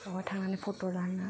बावहाय थांनानै फ'ट लानो